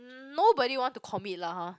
hmm nobody want to commit lah !huh!